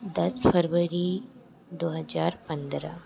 दस फरवरी दो हज़ार पन्द्रह